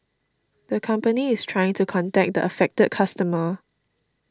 the company is trying to contact the affected customer